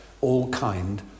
all-kind